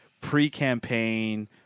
pre-campaign